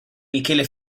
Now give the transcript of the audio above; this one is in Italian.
michele